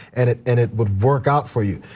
and it and it would work out for you.